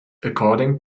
according